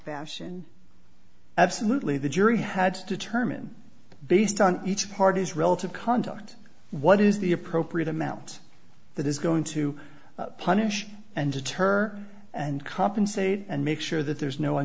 fashion absolutely the jury had to determine based on each party's relative conduct what is the appropriate amount that is going to punish and deter and compensate and make sure that there's no one